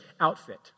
outfit